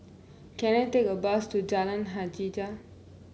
can I take a bus to Jalan Hajijah